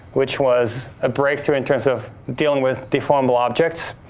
which was a breakthrough in terms of dealing with the fumble objects,